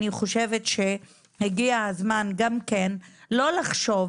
אני חושבת שהגיע הזמן גם כן לא לחשוב,